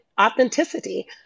authenticity